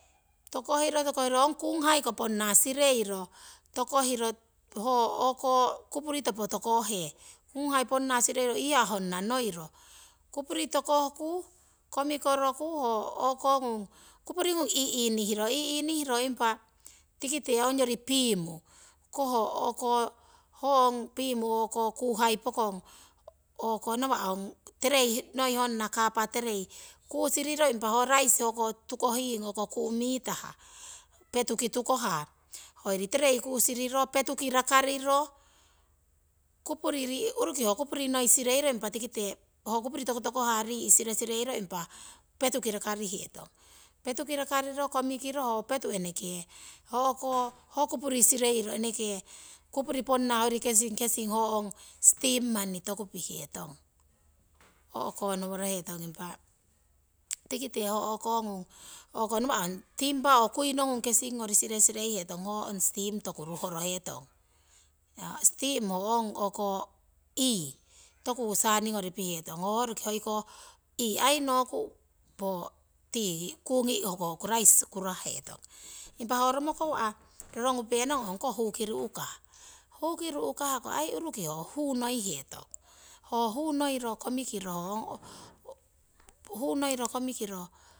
Tokohiro tokohiro ong kuuhaiko ponna sireiro tokohiro ho kupuri topo tokoh he kuuhai ponna sireiro iihaa honna noiro kupuri tokohku komikoroku ho kupuringung. inihiro inihiro impa tikite ongyori piimu koh ngoiro kuuhai pokong nawa' ong terei kusiriro impa ho raisi hoko tukohing ku' mitah petuki tukohah hoyori terei. kusiriro petuki rakariro uruki hoo kupuri noi rii' sireiro impa petuki rakarihetong, petuki rakariro komikiro ho petu eneke ho kupuri sireiro eneke kupuri ponna. hoyori kesing kesing ho ong steam manni toku pihetong, o'konoworohetong impa tikite hoo o'ko ngung nawa' ong timpa oo kuinongung kesing ngori siresireihetong. ho ongkoh steam toku ruhorohetong stem ho ong o'ko ii toku saningori pihetong ho roki hoiko ii aii nooku hoo tii kungi hoko raisi kurah hetong. Impa ho romokowa'. rorongupenong noi ong koh huu noihetong, ho huu noiro komikiro